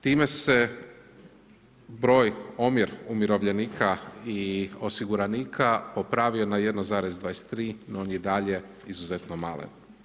Time se broj, omjer umirovljenika i osiguranika popravio na 1,23, no on je i dalje izuzetno malen.